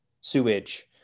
sewage